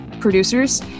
producers